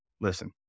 listen